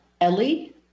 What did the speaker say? ellie